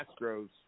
Astros